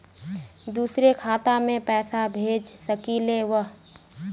दुसरे खाता मैं पैसा भेज सकलीवह?